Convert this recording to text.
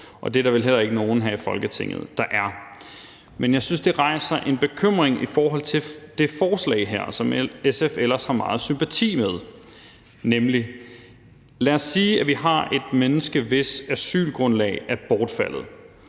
Det er der vel heller ikke nogen her i Folketinget der er. Men jeg synes, det rejser en bekymring i forhold til det forslag her, som SF ellers har meget sympati for. Lad os sige, at vi har et menneske, hvis asylgrundlag er bortfaldet,